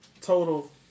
total